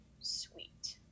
sweet